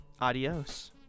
adios